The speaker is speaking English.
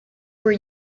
were